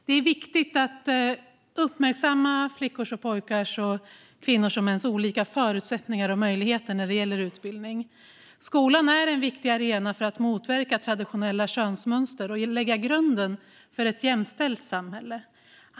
Det är viktigt att uppmärksamma flickors och pojkars och kvinnors och mäns olika förutsättningar och möjligheter när det gäller utbildning. Skolan är en viktig arena för att motverka traditionella könsmönster och lägga grunden för ett jämställt samhälle.